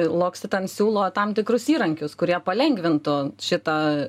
loccitane siūlo tam tikrus įrankius kurie palengvintų šitą